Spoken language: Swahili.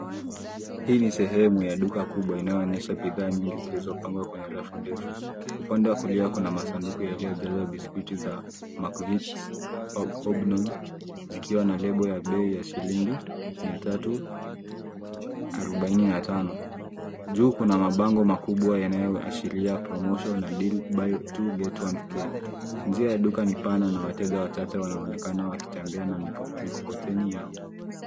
Hii ni sehemu ya duka kubwa inayoonyesha bidhaa nyingi zilizopangwa kwenye rafu ndefu. Upande wa kulia kuna masanduku yaliyojazwa biskiti za Mcvities Hobnogs, zikiwa na label ya bei ya shilingi mia tatu arubaini na tano. Juu kuna mabango makubwa yanayoashiria promotion na deal , buy two get one free . Njia ya duka ni pana na watejaa wachache wanaonekana wakitembea na mikokoteni yao.